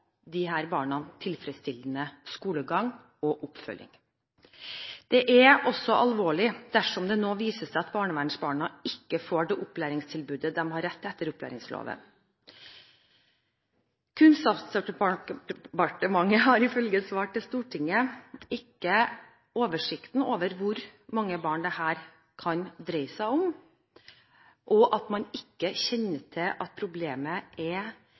de har krav på. Barnevernsbarn er en særlig sårbar gruppe, og Norge kan ikke være bekjent av ikke å gi disse barna tilfredsstillende skolegang og oppfølging. Det er også alvorlig dersom det nå viser seg at barnevernsbarna ikke får det opplæringstilbudet de har rett til etter opplæringsloven. Kunnskapsdepartementet har ifølge svar til Stortinget ikke oversikt over hvor mange barn det her kan dreie seg om,